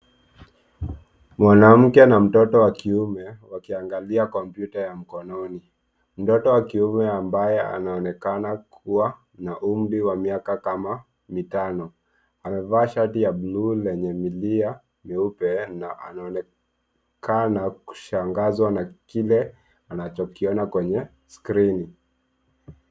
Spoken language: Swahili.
Mwanamke na mtoto wa kiume wakiangalia kompyuta ya mkononi. Mtoto wa kiume ambaye anaonekana kuwa na umri wa miaka kama mitano, amevaa shati ya blue lenye milia nyeupe na anaonekana kushangazwa na kile anachokiona kwenye skrini.